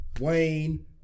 Wayne